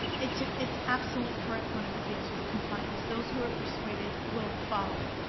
it's ah it's absolutely correct when it deals with compliance. those who are persuaded will follow it.